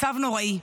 מצב נוראי.